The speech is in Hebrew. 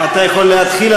אתה יכול להתחיל,